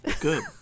Good